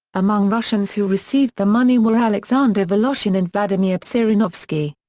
among russians who received the money were alexander voloshin and vladimir zhirinovsky.